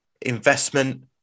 investment